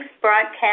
broadcast